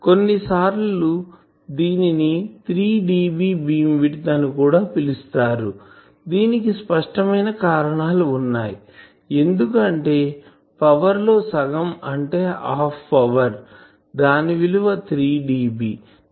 కొన్నిసార్లు దీనిని 3dB beam width అని కూడా పిలుస్తారు దీనికి స్పష్టమైన కారణాలు వున్నాయిఎందుకు అంటే పవర్ లో సగం అంటే హాఫ్ పవర్ దాని విలువ 3dB